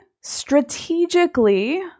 strategically